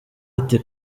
ati